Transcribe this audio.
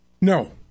No